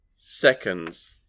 seconds